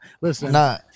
Listen